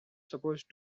supposed